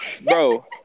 bro